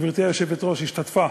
גברתי היושבת-ראש השתתפה